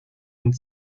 und